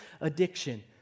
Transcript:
addiction